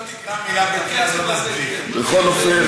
בכל אופן,